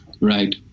right